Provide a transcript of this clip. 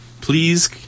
Please